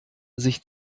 sich